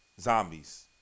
zombies